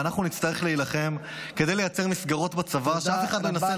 ואנחנו נצטרך להילחם כדי לייצר מסגרות בצבא --- תודה רבה.